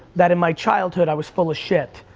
that in my childhood, i was full of shit,